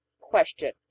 question